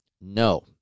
No